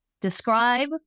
describe